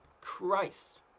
Christ